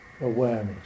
awareness